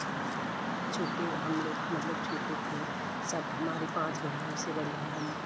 छुट्टी हम लोग मतलब छुट्टी थी सब हमारी पाँच बहनों से बड़ी हैं हम